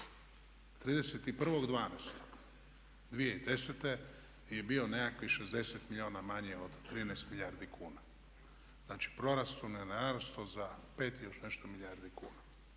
31.12.2010. je bio nekakvih 60 milijuna manje od 13 milijardi kuna. Znači proračun je narastao 5 i još nešto milijardi kuna,